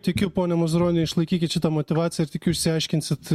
tikiu pone mazuroni išlaikykit šitą motyvaciją ir tikiu išsiaiškinsit